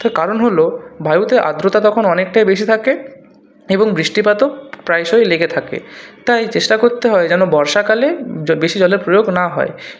তার কারণ হলো বায়ুতে আর্দ্রতা তখন অনেকটাই বেশি থাকে এবং বৃষ্টিপাতও প্রায়শই লেগে থাকে তাই চেষ্টা করতে হয় যেন বর্ষাকালে যা বেশি জলের প্রয়োগ না হয়